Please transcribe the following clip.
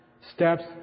steps